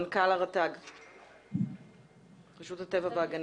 מנכ"ל רשות הטבע והגנים,